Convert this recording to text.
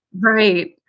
Right